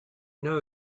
know